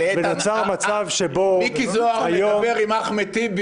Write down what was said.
נוצר מצב שבו היום -- מיקי זוהר מדבר עם אחמד טיבי.